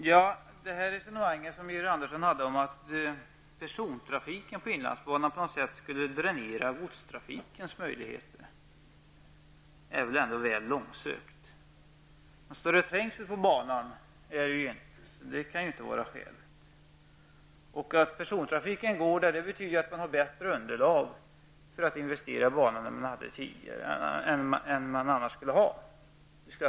Herr talman! Det resonemang som Georg Andersson förde om att persontrafiken på inlandsbanan på något sätt skulle dränera godstrafikens möjligheter är väl ändå väl långsökt. Någon större trängsel är det inte på banan, så det kan ju inte vara skälet. Att persontrafiken går där betyder ju att man har bättre underlag för att investera i banan än man annars skulle ha.